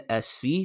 SC